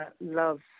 love